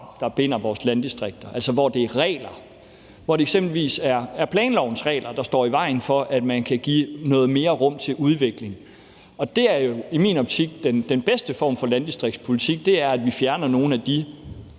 der binder vores landdistrikter, altså hvor det er regler, eksempelvis her planlovens regler, der står i vejen for, at man kan give noget mere rum til udvikling. Og i min optik er den bedste form for landdistriktspolitik, at vi fjerner nogle af de